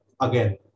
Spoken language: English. again